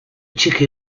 txiki